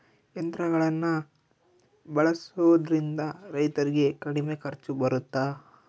ಯಂತ್ರಗಳನ್ನ ಬಳಸೊದ್ರಿಂದ ರೈತರಿಗೆ ಕಡಿಮೆ ಖರ್ಚು ಬರುತ್ತಾ?